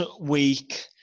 week